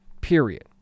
period